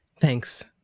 Thanks